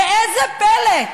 ראה זה פלא.